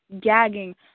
Gagging